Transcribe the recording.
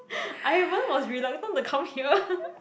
I even was reluctant to come here